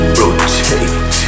rotate